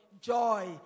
joy